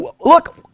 Look